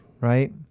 Right